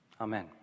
Amen